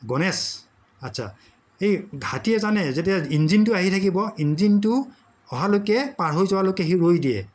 গনেশ আচ্ছা এই হাতীয়ে জানে যেতিয়া ইঞ্জিনটো আহি থাকিব ইঞ্জিনটো অহালৈকে পাৰ হৈ যোৱালৈকে সি ৰৈ দিয়ে